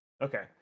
Okay